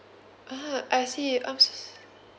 ah I see I'm so